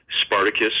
Spartacus